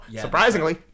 Surprisingly